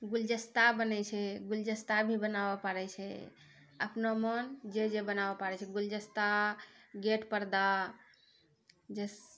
गुलदस्ता बनै छै गुलदस्ता भी बनाबै पड़ै छै अपनो मोन जे जे बनाबै पड़ै छै गुलदस्ता गेट पर्दा जइसे